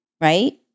right